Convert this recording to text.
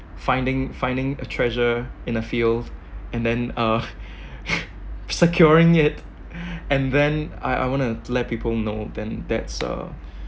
finding finding a treasure in a field and then uh securing it and then I I wanna let people know than that's uh